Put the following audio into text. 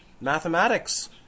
Mathematics